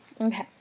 Okay